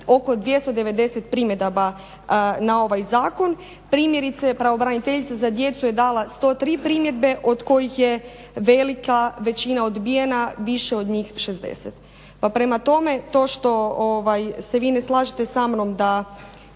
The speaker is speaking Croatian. oko 290 primjedbi na ovaj zakon. Primjerice pravobraniteljica za djecu je dala 103 primjedbe od kojih je velika većina odbijena, više od njih 60. Pa prema tome to što se vi ne slažete sa mnom da